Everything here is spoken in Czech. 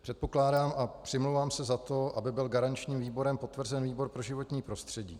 Předpokládám a přimlouvám se za to, aby byl garančním výborem potvrzen výbor pro životní prostředí.